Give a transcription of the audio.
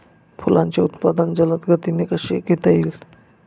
फुलांचे उत्पादन जलद गतीने कसे घेता येईल?